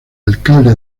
alcalde